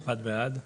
הצבעה בעד,